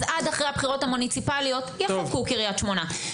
אז עד אחרי הבחירות המוניציפליות יחכו קריית שמונה.